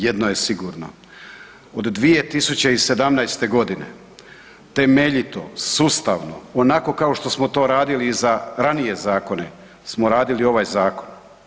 Jedno je sigurno, od 2017. g. temeljito, sustavno, onako kao što smo to radili i za ranije zakone smo radili ovaj zakon.